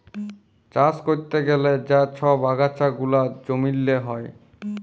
চাষ ক্যরতে গ্যালে যা ছব আগাছা গুলা জমিল্লে হ্যয়